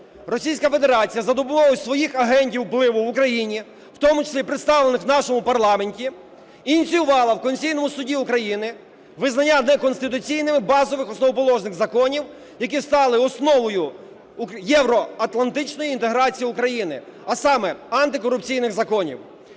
Російська Федерація за допомогою своїх агентів впливу в Україні, в тому числі представлених у нашому парламенті, ініціювала в Конституційному Суді України визнання неконституційними базових основоположних законів, які стали основою євроатлантичної інтеграції України, а саме антикорупційних законів.